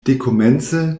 dekomence